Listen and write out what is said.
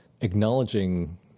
acknowledging